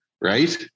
Right